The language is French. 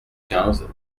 quinze